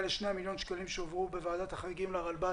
לשני מיליון השקלים שהועברו בוועדת החריגים לרלב"ד